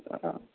हां